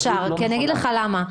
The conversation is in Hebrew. אפשר, ואני אגיד לך למה.